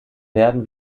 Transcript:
werden